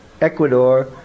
Ecuador